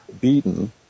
beaten